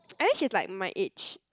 I think she's like my age